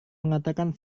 mengatakan